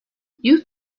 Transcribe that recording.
you